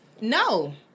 No